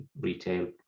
retail